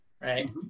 right